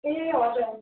ए हजुर